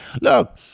Look